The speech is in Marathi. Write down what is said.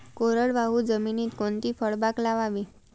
कोरडवाहू जमिनीत कोणती फळबाग लावावी?